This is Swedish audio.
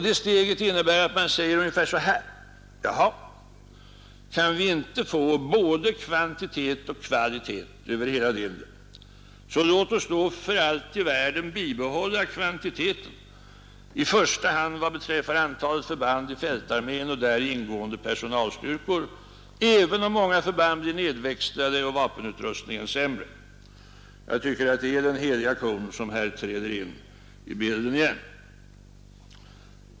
Detta steg innebär att man säger ungefär så här: Ja, kan vi inte få både kvantitet och kvalitet över hela linjen, så låt oss då för allt i världen bibehålla kvantiteten i första hand vad beträffar antalet förband i fältarmén och däri ingående personalstyrkor, även om många förband blir nedväxlade och vapenutrustningen sämre. Det är den heliga kon som här träder in i bilden igen.